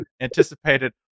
anticipated